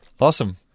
Awesome